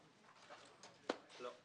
לא.